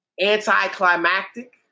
anticlimactic